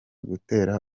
gutera